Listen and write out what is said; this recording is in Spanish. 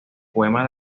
poema